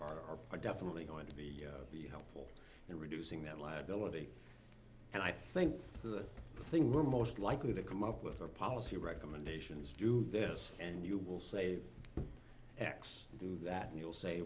r are definitely going to be helpful in reducing that liability and i think the thing we're most likely to come up with a policy recommendations do this and you will save ex do that and you'll say